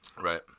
right